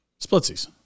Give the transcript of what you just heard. splitsies